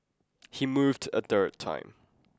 he moved a third time